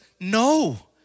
no